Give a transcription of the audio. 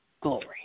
glory